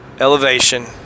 Elevation